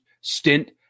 stint